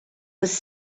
was